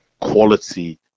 quality